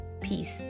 peace